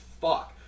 fuck